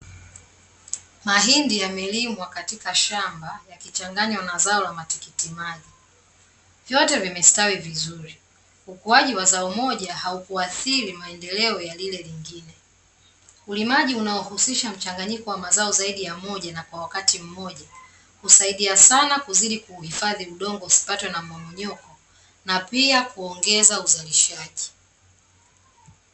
Mahindi yamelimwa katika shamba yakichanganywa na zao la matikiti maji. Vyote vimestawi vizuri. Ukuaji wa zao moja haukuathiri maendeleo ya lile lingine. Ulimaji unaohusisha mchanganyiko wa mazao zaidi ya moja na kwa wakati mmoja, husaidia sana kuzidi kuhifadhi udongo usipatwe na mmomonyoko na pia kuongeza uzalishaji.